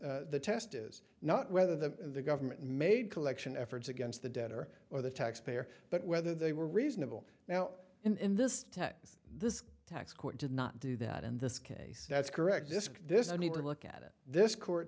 says the test is not whether the government made collection efforts against the debtor or the taxpayer but whether they were reasonable now in this text this tax court did not do that in this case that's correct disk this i need to look at it this court